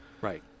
Right